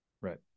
Right